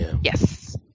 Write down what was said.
Yes